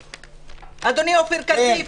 אדוני, עופר כסיף.